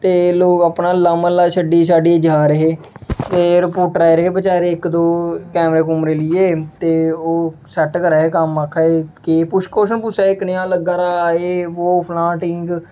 ते लोग अपना अल्ला म्ह्ल्ला छड्डिये जा दे हे ते रिपोर्टर आए दे हे बचारे इक दो कैमरे कूमरे लेइयै ते ओह् सेट करा दे हे कम्म कि आखा दे हे क्वेच्शन पुच्छा दे हे कनेहा लग्गा दा फलाना टींग